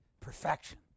Perfection